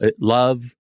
love